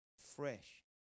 fresh